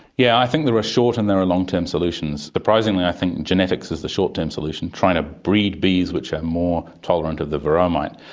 yeah i think there are short and there are long-term solutions. surprisingly i think genetics is the short-term solution, trying to breed of bees which are more tolerant of the verroa mite.